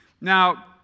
Now